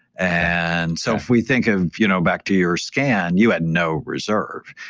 and so if we think of you know back to your scan you had no reserve.